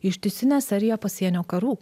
ištisinę seriją pasienio karų